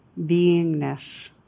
beingness